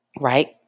Right